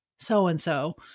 so-and-so